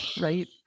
right